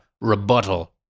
rebuttal